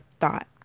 thought